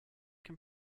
can